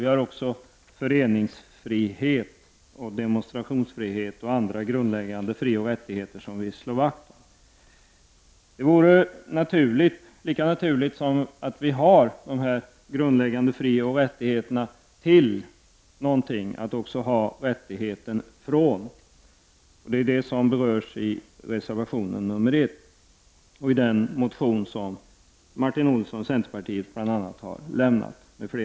Vi har föreningsfrihet och demonstrationsfrihet och andra grundläggande fri och rättigheter som vi slår vakt om. Lika naturligt som det är att vi har de här grundläggande fri och rättigheterna vore det att också ha rättigheten från någonting. Det är ju det som berörs i reservation nr 1 och i den motion som bl.a. Martin Olsson m.fl. från centerpartiet har lämnat.